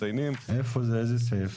איזה סעיף?